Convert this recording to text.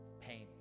pain